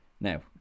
Now